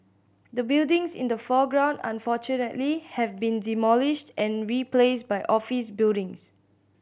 the buildings in the foreground unfortunately have been demolished and replaced by office buildings